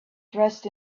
dressed